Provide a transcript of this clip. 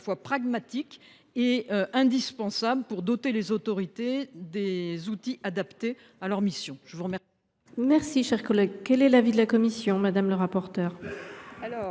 pragmatique nous semble indispensable pour doter les autorités d’outils adaptés à leurs missions.